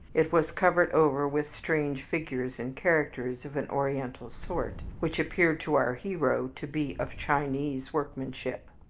it was covered over with strange figures and characters of an oriental sort, which appeared to our hero to be of chinese workmanship.